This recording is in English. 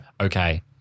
okay